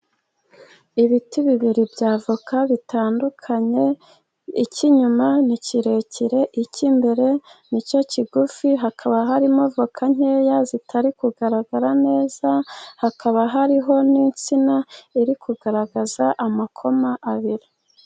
Ibiti bibiri by'avoka bitandukanye, icy'inyuma ni kirekire icy'imbere ni cyo kigufi, hakaba harimo voca nkeya zitari kugaragara neza, hakaba hariho n'insina iri kugaragaza amakoma abiri.